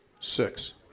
Six